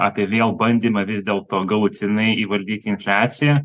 apie vėl bandymą vis dėlto galutinai įvaldyti infliaciją